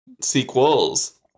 Sequels